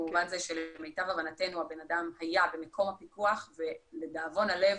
במובן הזה שלמיטב הבנתנו הבן אדם היה במקום הפיקוח ולדאבון הלב